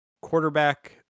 quarterback